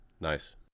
Nice